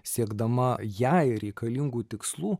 siekdama jai reikalingų tikslų